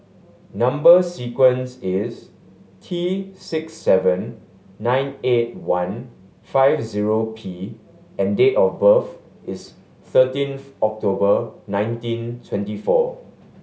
number sequence is T six seven nine eight one five zero P and date of birth is thirteenth October nineteen twenty four